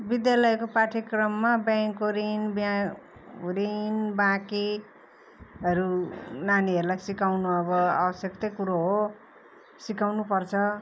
विद्यालयको पाठ्यक्रममा ब्याङ्कको ऋण ब्या ऋण बाँकीहरू नानीहरूलाई सिकाउनु अब आवश्यक्तै कुरो हो सिकाउनु पर्छ